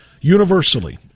Universally